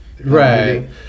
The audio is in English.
Right